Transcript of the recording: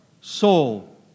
soul